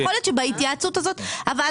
יכול להיות שבהתייעצות הזאת הוועדה